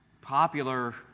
popular